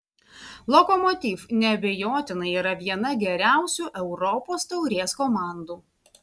lokomotiv neabejotinai yra viena geriausių europos taurės komandų